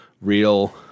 real